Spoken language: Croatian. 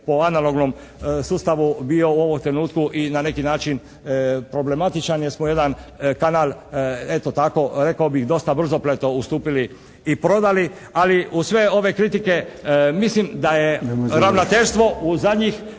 po analognom sustavu bio u ovom trenutku i na neki način problematičan. Jer smo jedan kanal eto tako rekao bih dosta brzopleto ustupili i prodali. Ali uz sve ove kritike mislim da je ravnateljstvo ……